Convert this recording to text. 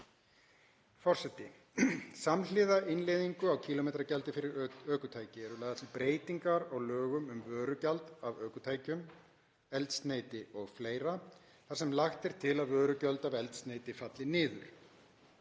Forseti. Samhliða innleiðingu á kílómetragjaldi fyrir ökutæki eru lagðar til breytingar á lögum um vörugjald af ökutækjum, eldsneyti o.fl., þar sem lagt er til að vörugjöld af eldsneyti falli niður.